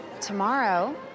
tomorrow